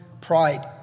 pride